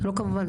לא כמובן,